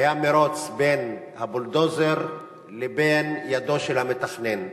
היה מירוץ בין הבולדוזר לבין ידו של המתכנן.